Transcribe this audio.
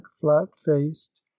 flat-faced